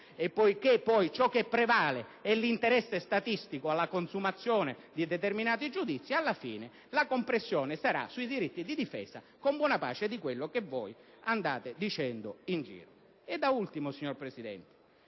Poiché ciò che prevale è l'interesse statistico alla consumazione di determinati giudizi, alla fine la compressione avverrà sui diritti di difesa, con buona pace di quanto andate dicendo in giro. Da ultimo, signor Presidente,